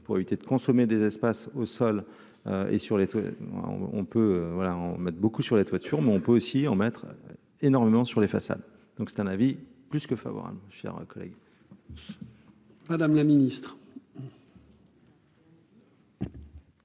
pour éviter de consommer des espaces au sol et sur les toits, on peut voilà en mettent beaucoup sur la voiture, mais on peut aussi en mettre énormément sur les façades, donc c'est un avis plus que favorable, mon cher collègue. Madame la Ministre.